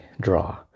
draw